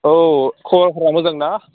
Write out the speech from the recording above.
औ खबरफोरा मोजांना